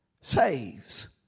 Saves